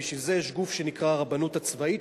בשביל זה יש גוף שנקרא הרבנות הצבאית,